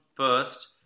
First